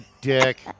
dick